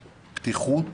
פתיחות,